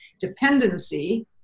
dependency